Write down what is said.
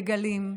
דגלים".